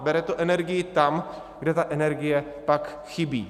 Bere to energii tam, kde ta energie pak chybí.